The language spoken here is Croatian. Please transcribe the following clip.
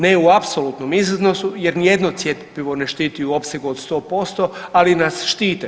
Ne u apsolutnom iznosu jer ni jedno cjepivo ne štiti u opsegu od 100%, ali nas štite.